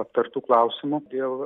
aptartų klausimų dėl